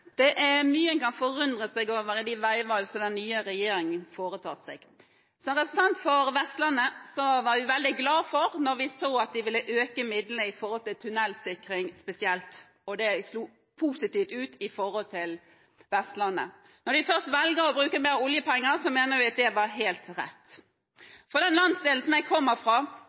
mye en kan forundre seg over i de veivalg som den nye regjeringen foretar seg. Som representanter for Vestlandet var vi veldig glade da vi så at de ville øke midlene til tunnelsikring spesielt. Det slo positivt ut for Vestlandet. Når man først valgte å bruke mer oljepenger, mente vi at dette var helt rett. I den landsdelen jeg kommer fra, er